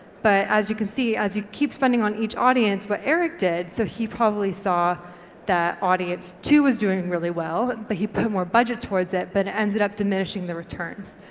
but as you can see, as you keep spending on each audience, like what eric did, so he probably saw that audience two was doing really well, but he put more budget towards it, but it ended up diminishing the returns.